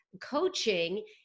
coaching